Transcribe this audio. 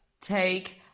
take